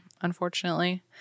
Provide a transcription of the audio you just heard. Unfortunately